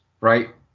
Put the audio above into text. right